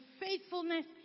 faithfulness